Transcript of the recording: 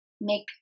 make